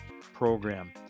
program